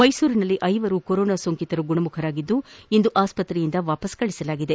ಮೈಸೂರಿನಲ್ಲಿ ಐವರು ಕೊರೋನಾ ಸೋಂಕಿತರು ಗುಣಮುಖರಾಗಿದ್ದು ಇಂದು ಅಸ್ಪತ್ತೆಯಿಂದ ವಾಪಸ್ ಕಳುಹಿಸಲಾಗಿದೆ